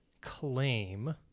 claim